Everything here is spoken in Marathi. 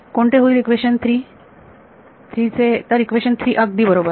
कोणते होईल इक्वेशन 3 चे तर इक्वेशन 3 अगदी बरोबर